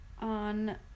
on